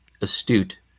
astute